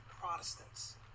protestants